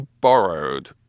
borrowed